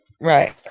Right